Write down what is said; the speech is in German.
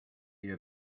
ihr